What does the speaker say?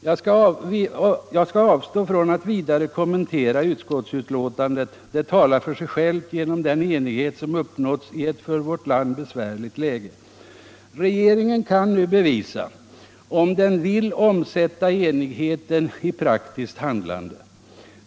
Jag skall avstå från att vidare kommentera utskottsbetänkandet. Det talar för sig självt genom den enighet som uppnåtts i ett för vårt land besvärligt läge. Regeringen kan nu bevisa om den vill omsätta enigheten i praktiskt handlande.